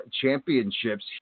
Championships